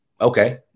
Okay